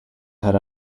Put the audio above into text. head